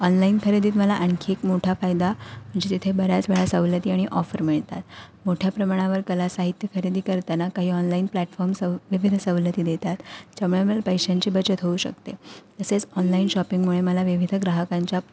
online खरेदीत मला आणखी एक मोठा फायदा म्हणजे तिथे बऱ्याच वेळा सवलती आणि ऑफर मिळतात मोठ्या प्रमाणावर कला साहित्य खरेदी करताना काही ऑनलाईन प्लॅटफॉर्म्स विविध सवलती देतात ज्यामुळे आम्हाला पैशांची बचत होऊ शकते तसेच ऑनलाईन शॉपिंगमुळे मला विविध ग्राहकांच्या